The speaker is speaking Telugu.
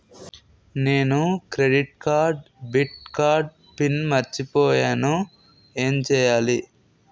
నేను క్రెడిట్ కార్డ్డెబిట్ కార్డ్ పిన్ మర్చిపోయేను ఎం చెయ్యాలి?